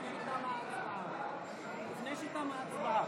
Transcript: לפני שתמה ההצבעה, לפני שתמה ההצבעה.